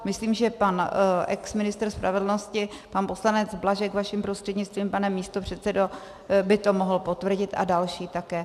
Myslím, že pan exministr spravedlnosti pan poslanec Blažek, vaším prostřednictvím, pane místopředsedo, by to mohl potvrdit a další také.